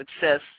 success